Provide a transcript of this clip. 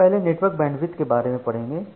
हम पहले network bandwidth के बारे में पड़ेंगे